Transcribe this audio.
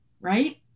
Right